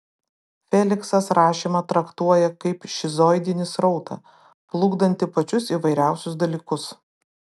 feliksas rašymą traktuoja kaip šizoidinį srautą plukdantį pačius įvairiausius dalykus